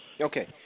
Okay